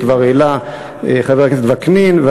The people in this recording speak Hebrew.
וכבר העלה אותו חבר הכנסת וקנין.